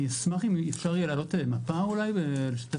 אשמח אם אפשר יהיה להעלות מפה או לשתף